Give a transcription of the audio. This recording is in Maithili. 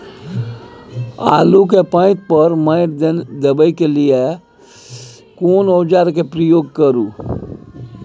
आलू के पाँति पर माटी देबै के लिए केना औजार के प्रयोग करू?